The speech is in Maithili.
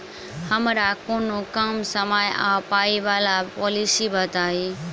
हमरा कोनो कम समय आ पाई वला पोलिसी बताई?